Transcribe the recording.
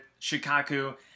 shikaku